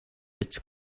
its